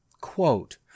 Quote